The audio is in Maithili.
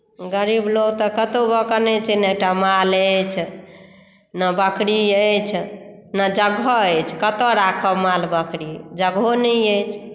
गरीब लोक तऽ कतहु भऽ के नहि अछि ने एकटा माल अछि ने बकरी अछि ने जगह अछि कतय राखब माल बकरी जगहो नहि अछि